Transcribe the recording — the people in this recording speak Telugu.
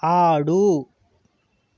ఆడు